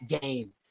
game